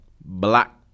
Black